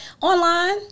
online